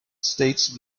states